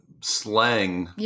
slang